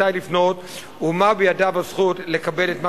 מתי לפנות ומה הזכות שבידיו לקבל את מה